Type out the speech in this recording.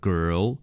Girl